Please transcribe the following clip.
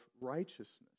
righteousness